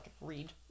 read